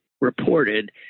reported